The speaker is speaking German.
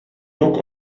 duck